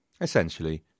Essentially